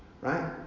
right